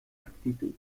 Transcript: actitud